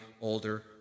older